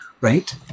right